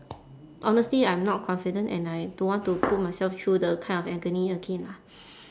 honestly I'm not confident and I don't want to put myself through the kind of agony again lah